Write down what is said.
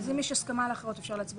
אם יש הסכמה על האחרות, אפשר להצביע.